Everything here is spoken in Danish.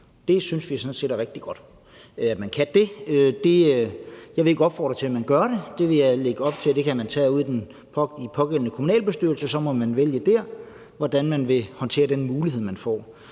Det synes vi sådan set er rigtig godt. Men jeg vil ikke opfordre til, at man gør det. Jeg vil lægge op til, at man kan tage det ude i den pågældende kommunalbestyrelse, og så må man der vælge, hvordan man vil håndtere den mulighed, man får.